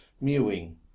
mewing